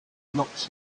knocks